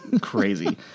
crazy